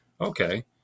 Okay